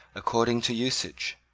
according to usage,